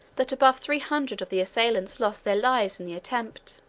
that above three hundred of the assailants lost their lives in the attempt.